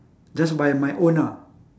just by my own ah